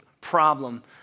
problem